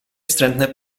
wstrętne